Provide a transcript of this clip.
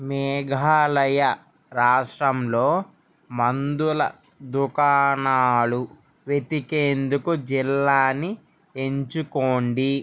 మేఘాలయ రాష్ట్రంలో మందుల దుకాణాలు వెతికేందుకు జిల్లాని ఎంచుకోండి